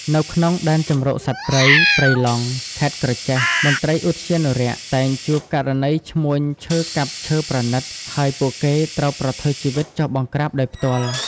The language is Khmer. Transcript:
នៅក្នុង ដែនជម្រកសត្វព្រៃព្រៃឡង់ ខេត្តក្រចេះ មន្ត្រីឧទ្យានុរក្សតែងជួបករណីឈ្មួញឈើកាប់ឈើប្រណីត ហើយពួកគេត្រូវប្រថុយជីវិតចុះបង្ក្រាបដោយផ្ទាល់។